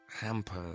hamper